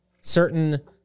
certain